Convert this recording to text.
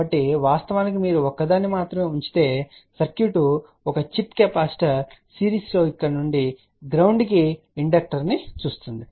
కాబట్టి వాస్తవానికి మీరు ఒక్కదాన్ని మాత్రమే ఉంచితే సర్క్యూట్ ఒక చిప్ కెపాసిటర్ సిరీస్లో ఇక్కడ నుండి గ్రౌండ్ కి ఇండక్టర్ ను చూస్తుంది